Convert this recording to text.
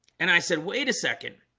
and i said, wait a second